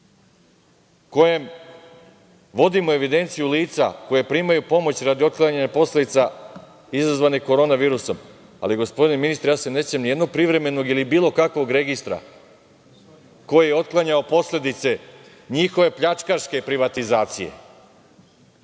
kojem vodimo evidenciju lica koja primaju pomoć radi otklanjanja posledica izazvane korona virusom, ali gospodine ministre, ja se ne sećam nijednog privremenog ili bilo kakvog registra koji je otklanjao posledice njihove pljačkaške privatizacije. Ne